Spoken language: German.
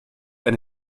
eine